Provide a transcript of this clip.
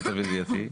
למיטב ידיעתי.